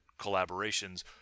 collaborations